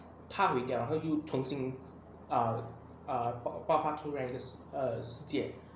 它有讲它会重新 err err 爆发出另外 err 个世界